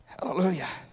Hallelujah